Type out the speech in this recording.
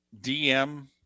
DM